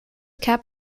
cap